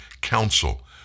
Council